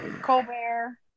Colbert